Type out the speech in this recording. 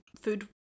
food